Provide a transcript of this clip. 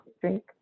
drink